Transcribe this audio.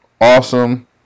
awesome